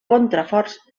contraforts